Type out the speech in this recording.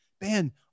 man